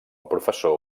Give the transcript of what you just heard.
professor